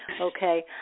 Okay